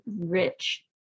rich